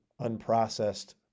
unprocessed